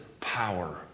power